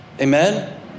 Amen